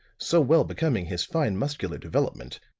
so well becoming his fine muscular development,